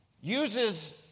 uses